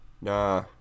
Nah